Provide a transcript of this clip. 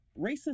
Racist